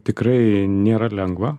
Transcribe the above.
tikrai nėra lengva